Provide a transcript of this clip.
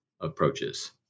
approaches